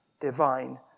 divine